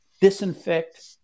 disinfect